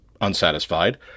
unsatisfied